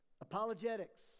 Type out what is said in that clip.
apologetics